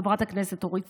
חברת הכנסת אורית